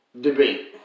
debate